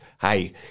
hey